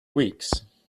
weeks